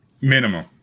Minimum